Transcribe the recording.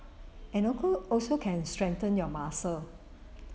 and also also can strengthen your muscle